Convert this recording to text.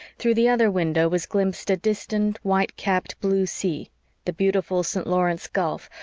through the other window was glimpsed a distant, white-capped, blue sea the beautiful st. lawrence gulf,